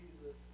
Jesus